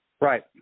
right